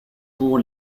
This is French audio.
pour